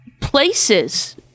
places